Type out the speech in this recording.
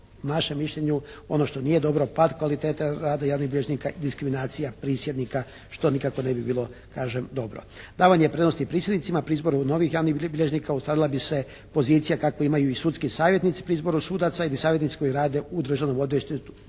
našem mišljenju ono što nije dobro, pad kvalitete rada javnih bilježnika i diskriminacija prisjednika, što nikako ne bi bilo kažem dobro. Davanje prednosti prisjednicima pri izboru novih javnih bilježnika ustalila bi se pozicija kakvu imaju i sudski savjetnici pri izboru sudaca ili savjetnici koji rade u Državnom odvjetništvu